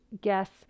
guess